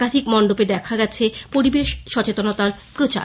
একাধিক মন্ডপে দেখা গেছে পরিবেশ সচেতনতার প্রচার